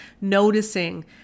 noticing